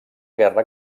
guerra